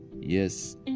yes